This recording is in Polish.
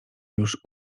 już